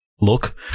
look